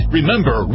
Remember